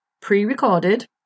pre-recorded